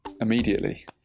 immediately